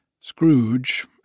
Scrooge